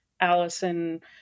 allison